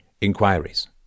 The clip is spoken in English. inquiries